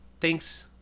thanks